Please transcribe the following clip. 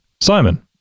simon